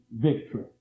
victory